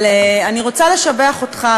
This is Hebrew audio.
אבל אני רוצה לשבח אותך,